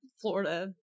Florida